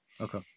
Okay